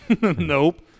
Nope